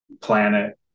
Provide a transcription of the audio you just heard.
planet